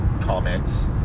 comments